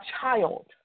child